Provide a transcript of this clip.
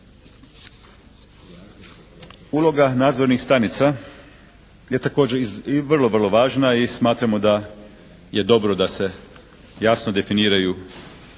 Uloga nadzornih stanica je također vrlo, vrlo važna i smatramo da je dobro da se jasno definiraju